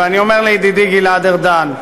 ואני אומר לידידי גלעד ארדן: